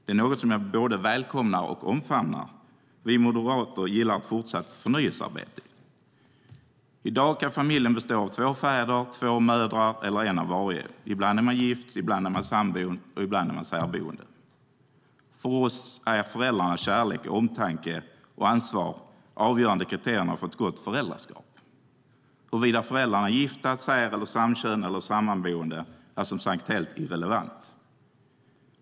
Det är något jag både välkomnar och omfamnar. Vi moderater gillar ett fortsatt förnyelsearbete. I dag kan familjen bestå av två fäder, två mödrar eller en av varje. Ibland är man gift, ibland är man sammanboende och ibland är man särboende. För oss är föräldrarnas kärlek, omtanke och ansvar de avgörande kriterierna för ett gott föräldraskap. Huruvida föräldrarna är gifta eller sammanboende och sär eller samkönade är som sagt helt irrelevant.